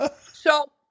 So-